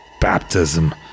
baptism